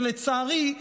ולצערי,